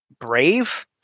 brave